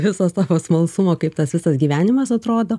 visas tavo smalsumo kaip tas visas gyvenimas atrodo